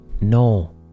No